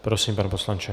Prosím, pane poslanče.